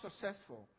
successful